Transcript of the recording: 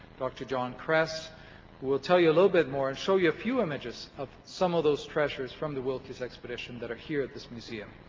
dr. john kress, who will tell you a little bit more and show you a few images of some of those treasures from the wilkes expedition that are here at this museum.